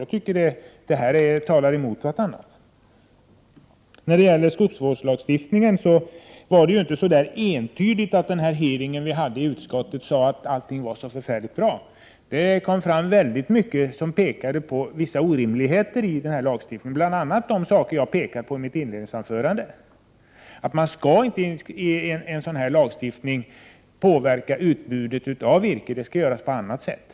Jag tycker inte att det här går ihop. Vad gäller skogsvårdslagstiftningen talade hearingen i utskottet inte entydigt för att allt är så förfärligt bra. Det kom fram mycket som pekade på att det finns vissa orimligheter i lagstiftningen, bl.a. på de punkter som jag tog upp i mitt inledningsanförande. Man skall genom en sådan här lagstiftning inte påverka utbudet av virke, utan det skall ske på annat sätt.